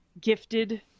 gifted